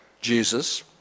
Jesus